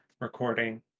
recording